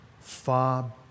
far